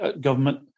government